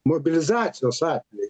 mobilizacijos atveju